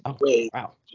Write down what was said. Wow